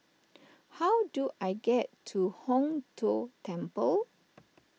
how do I get to Hong Tho Temple